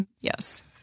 yes